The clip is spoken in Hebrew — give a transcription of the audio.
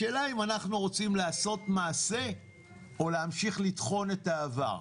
השאלה היא האם אנחנו רוצים לעשות מעשה או להמשיך לטחון את העבר.